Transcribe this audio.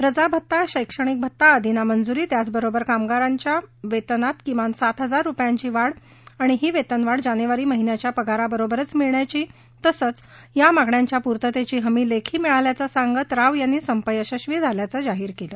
रजा भत्ता शैक्षणिक भत्ता आर्दींना मंजुरी त्याचबरोबर कर्मचा यांच्या वेतनात किमान सात हजार रुपयांची वाढ आणि ही वेतनवाढ जानेवारी महिन्याच्या पगाराबरोबरच मिळण्याची तसंच या मागण्यांच्या पूर्ततेची हमी लेखी मिळाल्याचं सांगत राव यांनी संप यशस्वी झाल्याचं जाहीर केलं